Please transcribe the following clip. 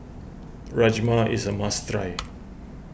Rajma is a must try